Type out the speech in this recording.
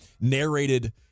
narrated